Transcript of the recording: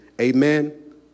Amen